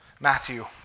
Matthew